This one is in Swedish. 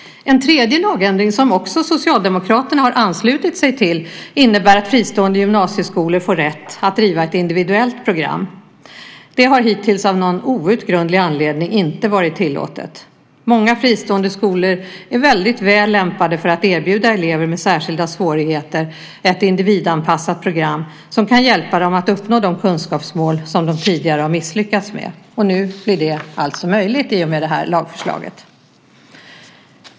En tredje lagändring, som också Socialdemokraterna har anslutit sig till, innebär att fristående gymnasieskolor får rätt att driva ett individuellt program. Det har hittills av någon outgrundlig anledning inte varit tillåtet. Många fristående skolor är väldigt väl lämpade för att erbjuda elever med särskilda svårigheter ett individanpassat program som kan hjälpa dem att uppnå de kunskapsmål som de tidigare har misslyckats med. I och med det här lagförslaget blir det möjligt.